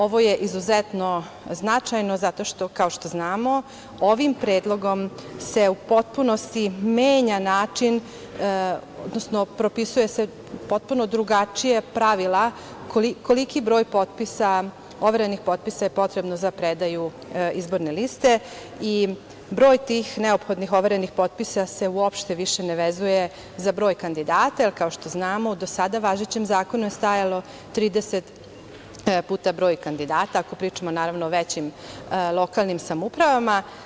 Ovo je izuzetno značajno zato što, kao što znamo, ovim predlogom se u potpunosti menja način odnosno propisuju se potpuno drugačija pravila koliki broj overenih potpisa je potrebno za predaju izborne liste i broj tih neophodnih overenih potpisa se uopšte više ne vezuje za broj kandidata, jer kao što znamo, u do sada važećem zakonu je stajalo 30 puta broj kandidata, ako pričamo, naravno, o većim lokalnim samoupravama.